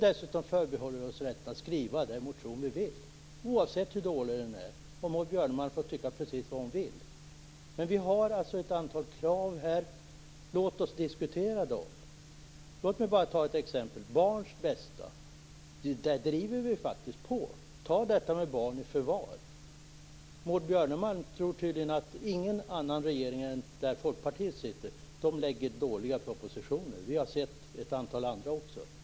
Vi förbehåller oss också rätten att skriva den motion som vi vill skriva, oavsett hur dålig den är. Maud Björnemalm får tycka precis vad hon vill om det. Vi har ställt ett antal krav, och det är de som man bör diskutera. Låt mig som exempel peka på det som gäller barns bästa. Där driver vi faktiskt på. Se på frågan om barn i förvar! Maud Björnemalm tror tydligen att inga andra regeringar än de där Folkpartiet sitter lägger fram dåliga propositioner, men vi har sett ett antal sådana från annat håll.